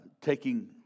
taking